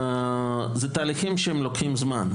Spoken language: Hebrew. זה תהליכים שלוקחים זמן.